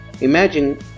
Imagine